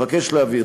אבקש להבהיר,